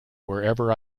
wherever